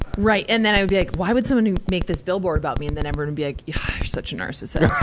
right. and then i would be like, why would someone make this billboard about me? and then everyone would be like, you're such a narcissist. so,